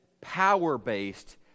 power-based